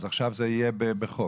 אז עכשיו זה יהיה בחוק?